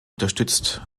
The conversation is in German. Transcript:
unterstützt